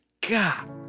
God